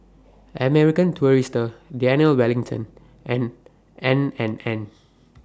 American Tourister Daniel Wellington and N and N N